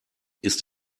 ist